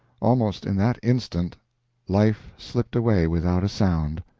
almost in that instant life slipped away without a sound.